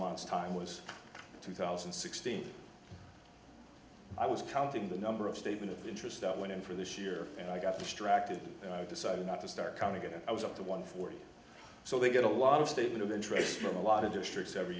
don's time was two thousand and sixteen i was counting the number of statement of interest that went in for this year and i got distracted and i decided not to start counting it i was up to one forty so they get a lot of statement of interest from a lot of districts every